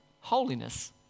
holiness